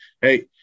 hey